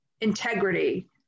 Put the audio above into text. integrity